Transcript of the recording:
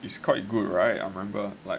is quite good right I remember like